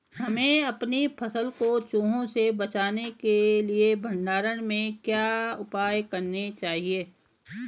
हमें अपनी फसल को चूहों से बचाने के लिए भंडारण में क्या उपाय करने चाहिए?